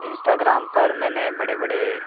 Instagram पर मैंने बड़े बड़े